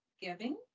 giving